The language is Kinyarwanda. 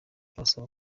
abasaba